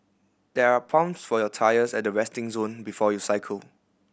there are pumps for your tyres at the resting zone before you cycle